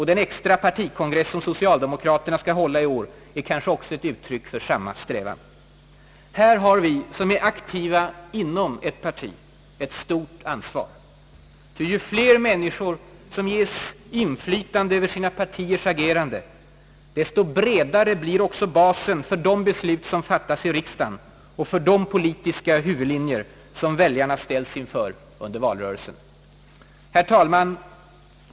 Den extra partikongress som socialdemokratien skall hålla i år är kanske också ett uttryck för samma strävan. Här har vi som är aktiva inom ett parti ett stort ansvar. Ty ju fler människor som ges inflytande över sina partiers agerande, desto bredare blir också basen för de beslut som fattas i riksdagen och för de politiska huvudlinjer som väljarna ställs inför under valrörelserna. Herr talman!